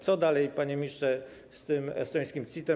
Co dalej, panie ministrze, z tym estońskim CIT-em?